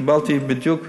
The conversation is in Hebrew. קיבלתי בדיוק,